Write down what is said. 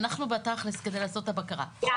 אנחנו בתכל'ס כדי לעשות את הבקרה, בסדר?